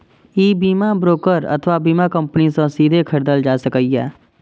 ई बीमा ब्रोकर अथवा बीमा कंपनी सं सीधे खरीदल जा सकैए